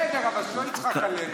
בסדר, אבל שלא יצחק עלינו.